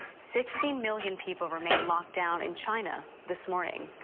sixty million people remain locked down in china this morning.